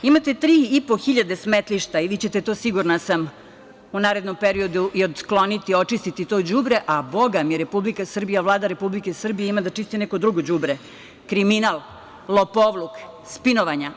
Imate tri i po hiljade smetlišta i vi ćete to, sigurna sam, u narednom periodu i otkloniti, očistiti to đubre, a Vlada Republike Srbije ima da čisti neko drugo đubre - kriminal, lopovluk, spinovanja.